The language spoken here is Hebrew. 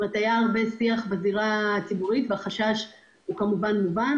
היה הרבה שיח בזירה הציבורית והחשש הוא כמובן מובן,